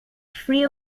free